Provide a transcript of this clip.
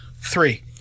Three